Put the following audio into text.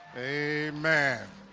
a man,